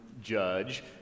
judge